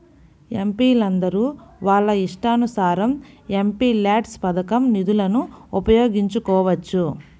ఎంపీలందరూ వాళ్ళ ఇష్టానుసారం ఎంపీల్యాడ్స్ పథకం నిధులను ఉపయోగించుకోవచ్చు